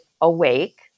awake